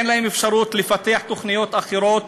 אין להם אפשרות לפתח תוכניות אחרות,